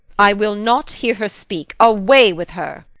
i will not hear her speak away with her!